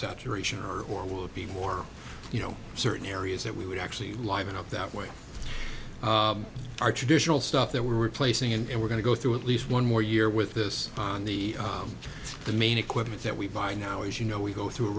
saturation are or will be more you know certain areas that we would actually live in not that way our traditional stuff there we're placing and we're going to go through at least one more year with this on the the main equipment that we buy now is you know we go through a